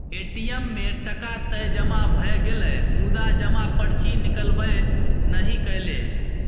ATM मे टका तए जमा भए गेलै मुदा जमा पर्ची निकलबै नहि कएलै